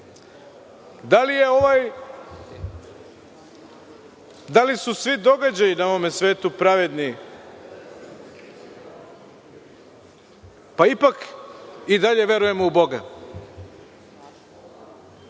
Da li su svi događaji na ovom svetu pravedni? Pa ipak, i dalje verujemo u Boga. Prema